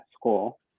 school